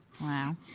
Wow